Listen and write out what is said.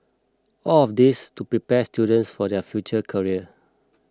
all of this to prepare students for their future career